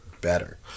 better